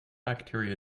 bacteria